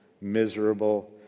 miserable